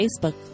Facebook